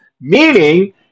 meaning